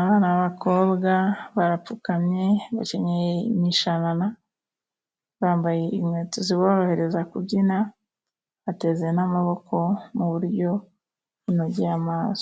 abana b'abakobwa barapfukamye, bakenyeye imishanana, bambaye inkweto ziborohereza kubyina, bateze n'amaboko mu buryo bunogeye amaso.